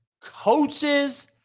coaches